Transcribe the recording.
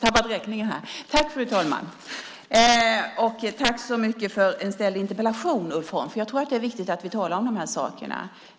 Fru talman! Tack så mycket för den interpellation du ställt, Ulf Holm! Jag tror att det är viktigt att vi talar om de här sakerna.